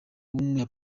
w’umunya